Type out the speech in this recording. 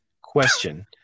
Question